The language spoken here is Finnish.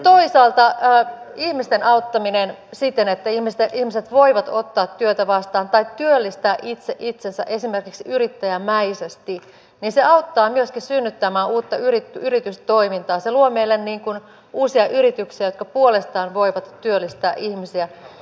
sitten toisaalta ihmisten auttaminen siten että ihmiset voivat ottaa työtä vastaan työllistää itse itsensä esimerkiksi yrittäjämäisesti myöskin auttaa synnyttämään uutta yritystoimintaa se luo meille uusia yrityksiä jotka puolestaan voivat työllistää ihmisiä